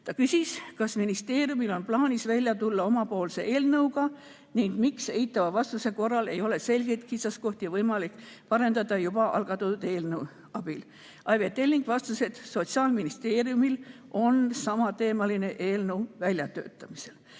Ta küsis, kas ministeeriumil on plaanis välja tulla omapoolse eelnõuga ning miks eitava vastuse korral ei ole selgeid kitsaskohti võimalik parendada juba algatatud eelnõu abil. Aive Telling vastas, et Sotsiaalministeeriumil on samateemaline eelnõu väljatöötamisel.